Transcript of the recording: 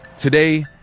today,